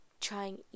trying